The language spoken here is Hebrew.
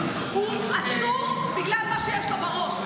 הוא עצור בגלל מה שיש לו בראש.